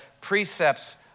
precepts